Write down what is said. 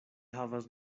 havas